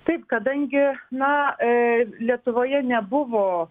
taip kadangi na lietuvoje nebuvo